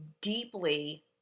deeply